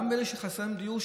חסרי דיור,